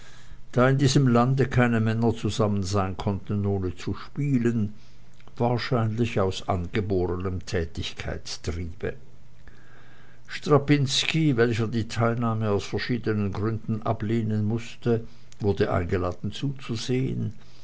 da in diesem lande keine männer zusammensein konnten ohne zu spielen wahrscheinlich aus angeborenem tätigkeitstriebe strapinski welcher die teilnahme aus verschiedenen gründen ablehnen mußte wurde eingeladen zuzusehen